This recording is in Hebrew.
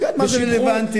מה זה רלוונטי?